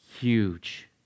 huge